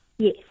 Yes